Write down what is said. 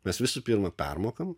mes visų pirma permokam